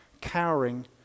cowering